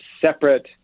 separate